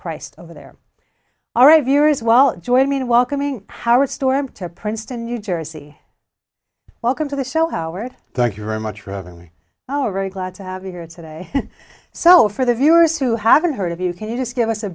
christ over there are a viewer as well join me in welcoming howard storm to princeton new jersey welcome to the show howard thank you very much for having me oh really glad to be here today so for the viewers who haven't heard of you can you just give us a